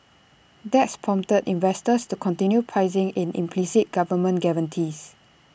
that's prompted investors to continue pricing in implicit government guarantees